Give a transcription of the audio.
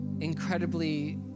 incredibly